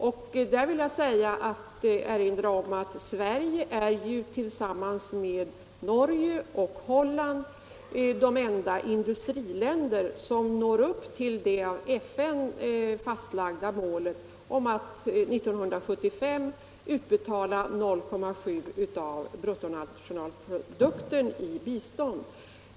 I detta sammanhang vill jag erinra om att Sverige, Norge och Holland är de enda industriländer som når upp till det av FN fastlagda målet — att 1975 utbetala 0,7 96 av bruttonationalprodukten i bistånd.